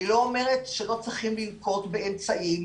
אני לא אומרת שלא צריכים לנקוט באמצעים